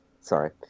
sorry